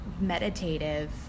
meditative